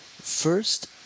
First